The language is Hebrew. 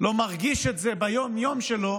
לא מרגיש את ביום-יום שלו,